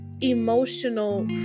emotional